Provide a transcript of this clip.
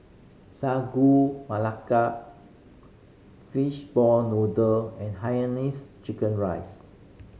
Sagu Melaka fish ball noodle and chicken rice